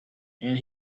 and